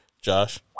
Josh